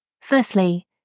Firstly